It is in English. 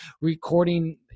recording